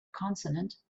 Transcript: consonant